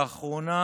לאחרונה